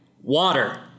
Water